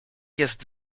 jest